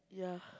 ya